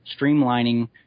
streamlining